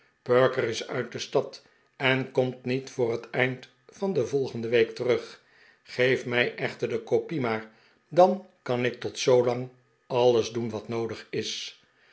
perker is uit de stad en komt niet voor het eind van de volgende week terug geef mij echter de kopie maar dan kan ik tot zoolang alles doen wat noodig is